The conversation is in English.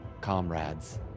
comrades